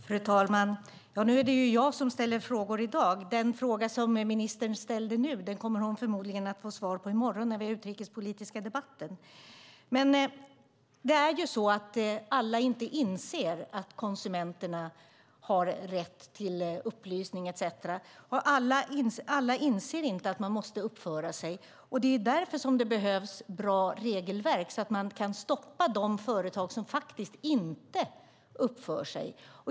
Fru talman! Nu är det jag som ställer frågor i dag. Den fråga som ministern ställde nu kommer hon förmodligen att få svar på i morgon när vi har utrikespolitisk debatt. Nu inser inte alla att konsumenterna har rätt till upplysning. Alla inser inte att man måste uppföra sig. Det är därför som det behövs bra regelverk, så att man kan stoppa de företag som inte uppför sig.